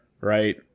Right